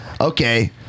okay